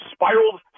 spiraled